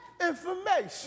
information